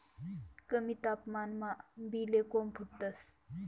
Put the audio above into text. कमी तापमानमा बी ले कोम फुटतंस